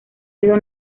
sido